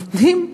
נותנים תו,